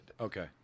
Okay